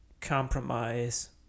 compromise